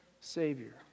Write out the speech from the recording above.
Savior